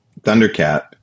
Thundercat